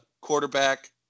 quarterback